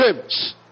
James